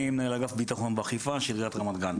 אני מנהל אגף בטחון ואכיפה של עיריית רמת גן.